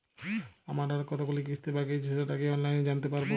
আমার আর কতগুলি কিস্তি বাকী আছে সেটা কি অনলাইনে জানতে পারব?